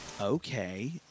okay